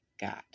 God